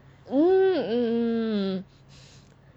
um